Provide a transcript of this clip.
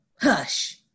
Hush